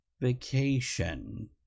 vacation